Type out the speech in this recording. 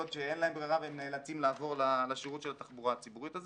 שאין להם ברירה והם נאלצים לעבור לשירות של התחבורה הציבורית הזאת,